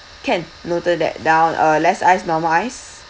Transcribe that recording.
can noted that down uh less ice normal ice